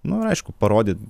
nu ir aišku parodyt